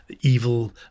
evil